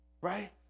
right